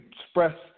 express